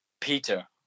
peter